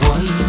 One